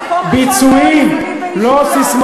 מקום ראשון, ביטויים, לא ססמאות.